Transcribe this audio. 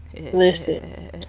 Listen